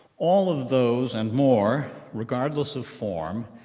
all of those and more, regardless of form,